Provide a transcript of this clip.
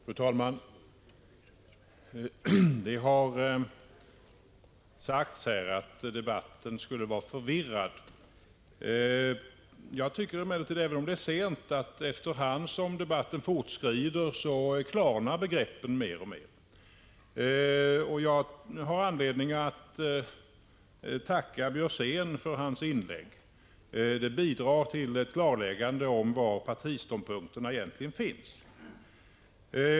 Fru talman! Det har sagts att debatten skulle vara förvirrad. Jag tycker emellertid att begreppen klarnar mer och mer efter hand som debatten fortskrider. Jag har anledning att tacka Karl Björzén för hans inlägg. Det bidrar till ett klarläggande av var partiståndpunkterna egentligen finns.